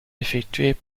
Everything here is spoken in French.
effectués